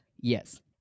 Yes